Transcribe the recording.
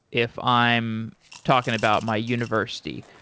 if i'm talking about my university.